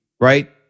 right